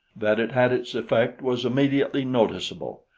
that it had its effect was immediately noticeable,